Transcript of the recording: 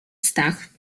stach